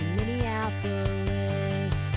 Minneapolis